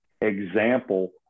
example